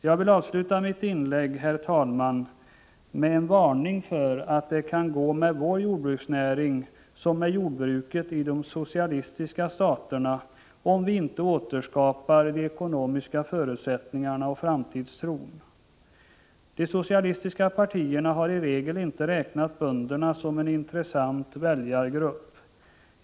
Jag vill, herr talman, avsluta mitt inlägg med en varning för att det kan gå med vår jordbruksnäring som med jordbruket i de socialistiska staterna, om vi inte återskapar de ekonomiska förutsättningarna och framtidstron. De socialistiska partierna har i regel inte räknat bönderna som en intressant väljargrupp.